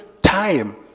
time